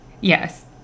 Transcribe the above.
Yes